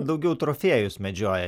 daugiau trofėjus medžioja